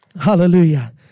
hallelujah